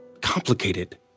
complicated